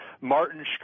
Martin